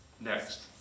next